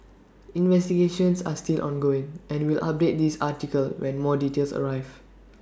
investigations are still ongoing and we'll update this article when more details arrive